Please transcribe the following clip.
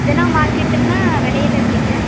தினம் மார்க்கெட்டுன்னால் வேலையெல்லா எப்படிங்க